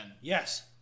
Yes